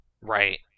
Right